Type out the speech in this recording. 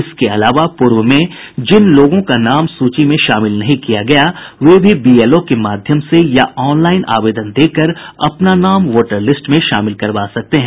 इसके अलावा पूर्व में जिन लोगों का नाम सूची में शामिल नहीं किया गया वे भी बीएलओ के माध्यम से या ऑनलाइन आवेदन देकर अपना नाम वोटर लिस्ट में शामिल करवा सकते हैं